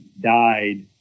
died